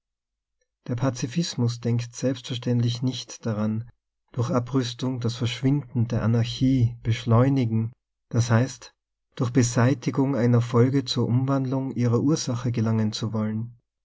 der pazifismus denkt selbstverständlich nicht daran durch abrüstung das ver schwinden der anarchie beschleunigen das heißt durch beseitigung einer folge zur umwandlung ihrer ursache gelangen zu wollen